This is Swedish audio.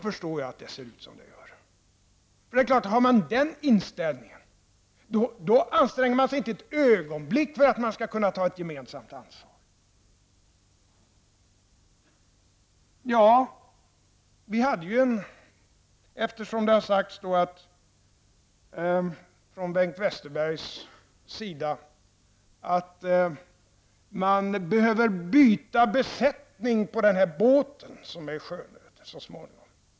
Har man den inställningen, är det klart att man inte anstränger sig ett ögonblick för att vi skall kunna ta ett gemensamt ansvar. Bengt Westerberg har sagt att man så småningom behöver byta besättning på den här båten, som är i sjönöd.